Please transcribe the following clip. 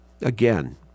again